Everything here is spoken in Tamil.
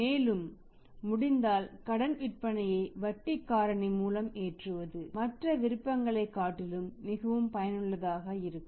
மேலும் முடிந்தால் கடன் விற்பனையை வட்டி காரணி மூலம் ஏற்றுவது மற்ற விருப்பங்களை காட்டிலும் மிகவும் பயனுள்ளதாக இருக்கும்